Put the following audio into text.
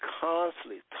constantly